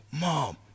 mom